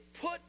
put